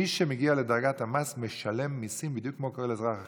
מי שמגיע לדרגת המס משלם מיסים בדיוק כמו כל אזרח אחר.